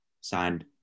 signed